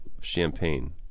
champagne